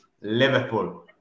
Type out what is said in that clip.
Liverpool